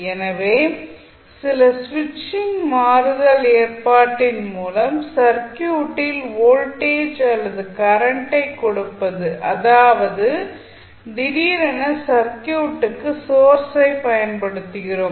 எனவே சில ஸ்விட்சிங் மாறுதல் ஏற்பாட்டின் மூலம் சர்க்யூட்டில் வோல்டேஜ் அல்லது கரண்ட்டை கொடுப்பது அதாவது திடீரென சர்க்யூட்டுக்கு சோர்ஸை பயன்படுத்துகிறோம்